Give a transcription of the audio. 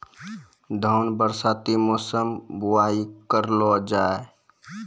धान बरसाती मौसम बुवाई करलो जा?